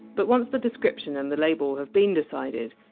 but once the description and the label have been decided,